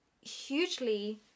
hugely